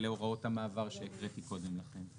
הוראות המעבר שהקראתי קודם לכן.